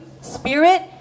spirit